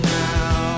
now